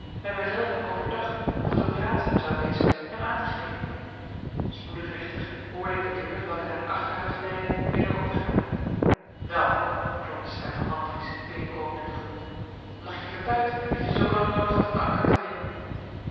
bij mijzelven overdacht of het ook raadzaam zou wezen hem aan te geven spoedig echter hoorde ik de deur welke naar het achterhuis leidde weder opengaan wel klonk de stem van andries den binnenkomende te gemoet lag je vertuid dat je zoolang noodig hadt het anker te winden